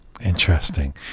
Interesting